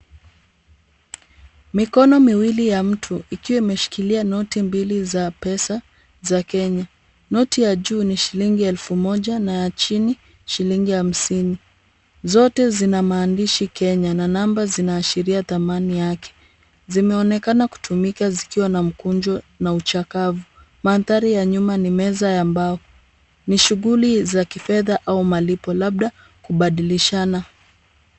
Mikono miwili ya mtu ikiwa imeshikilia noti mbili za pesa za Kenya. Noti ya juu ni shilingi elfu moja na ya chini shilingi hamsini, zote zina maandishi Kenya na namba zinaashiria thamani yake. Zimeonekana kutumika zikiwa na mkunjo na uchakavu. Mandhari ya nyuma ni meza ya mbao, ni shughuli za kifedha au malipo labda kubadilishana.